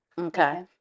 Okay